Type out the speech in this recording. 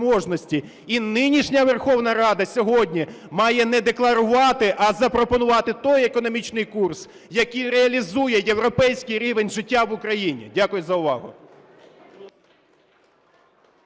І нинішня Верховна Рада сьогодні має не декларувати, а запропонувати той економічний курс, який реалізує європейський рівень життя в Україні. Дякую за увагу.